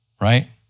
right